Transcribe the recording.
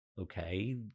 okay